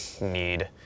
need